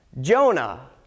jonah